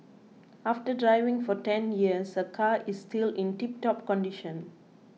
after driving for ten years her car is still in tiptop condition